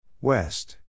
West